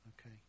Okay